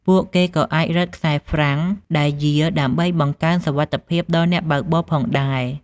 ពួកគេក៏អាចរឹតខ្សែហ្រ្វាំងដែលយារដើម្បីបង្កើនសុវត្ថិភាពដល់អ្នកបើកបរផងដែរ។